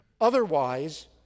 Otherwise